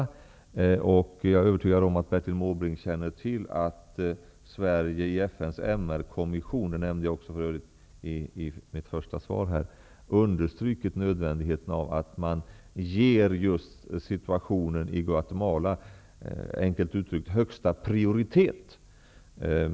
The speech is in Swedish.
Som jag nämnde i mitt första svar har Sverige i FN:s MR kommission understrukit nödvändigheten av att man ger situationen i Guatemala, enkelt uttryckt, högsta prioritet.